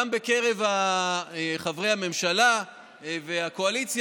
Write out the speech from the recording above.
גם בקרב חברי הממשלה והקואליציה,